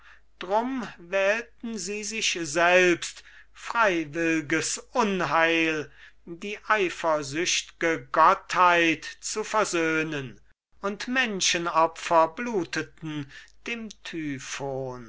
drum wählten sie sich selbst freiwillges unheil die eifersüchtge gottheit zu versöhnen und menschenopfer bluteten dem typhon